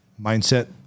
mindset